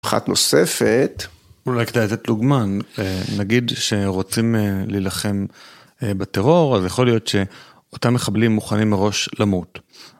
אחת נוספת, אולי כדאי לתת דוגמה, נגיד שרוצים להילחם בטרור אז יכול להיות שאותם מחבלים מוכנים מראש למות.